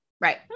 Right